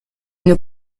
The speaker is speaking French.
une